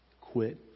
Quit